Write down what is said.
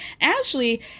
Ashley